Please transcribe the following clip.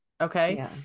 Okay